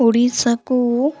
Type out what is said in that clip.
ଓଡ଼ିଶାକୁ